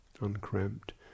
uncramped